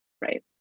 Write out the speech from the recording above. Right